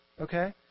Okay